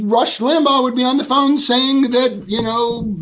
rush limbaugh would be on the phone saying that, you know,